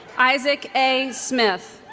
isaac a. smith